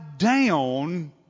down